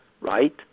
right